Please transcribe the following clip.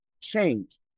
change